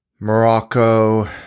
Morocco